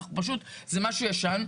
זה משהו ישן.